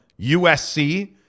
USC